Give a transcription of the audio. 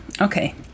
Okay